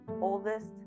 oldest